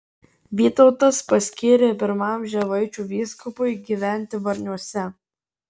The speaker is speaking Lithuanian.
vytautas paskyrė pirmam žemaičių vyskupui gyventi varniuose